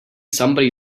somebody